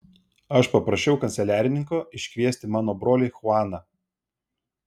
aš paprašiau kanceliarininko iškviesti mano brolį chuaną